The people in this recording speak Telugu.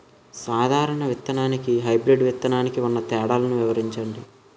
సాధారణ విత్తననికి, హైబ్రిడ్ విత్తనానికి ఉన్న తేడాలను వివరించండి?